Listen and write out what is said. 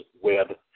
Web